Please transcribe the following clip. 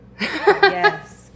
Yes